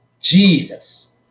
jesus